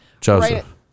Joseph